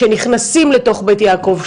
שנכנסים לתוך בית יעקב,